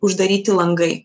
uždaryti langai